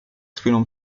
chwilą